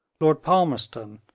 lord palmerston,